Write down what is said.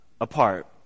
apart